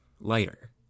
lighter